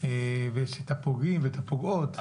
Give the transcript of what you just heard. ויש את הפוגעים ואת הפוגעות,